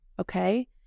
Okay